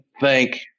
thank